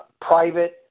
private